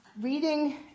Reading